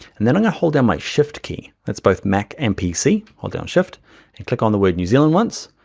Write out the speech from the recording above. and then i'm gonna hold down my shift key, that's both mac and pc, hold down shift and click on the word new zealand once.